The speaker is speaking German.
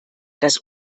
das